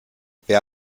wer